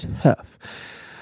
tough